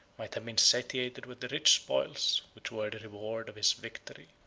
might have been satiated with the rich spoils, which were the reward of his victory.